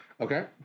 Okay